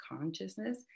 consciousness